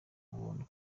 ubuntu